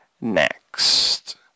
next